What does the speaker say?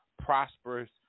prosperous